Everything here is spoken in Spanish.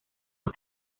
los